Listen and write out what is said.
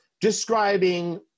describing